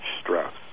stress